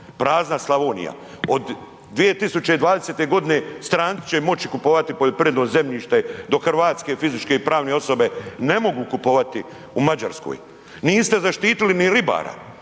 Prazna Slavonija. Od 2020. godine stranci će moći kupovati poljoprivredno zemljište dok hrvatske fizičke i pravne osobe ne mogu kupovati u Mađarskoj. Niste zaštitili ni ribare,